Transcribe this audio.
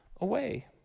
away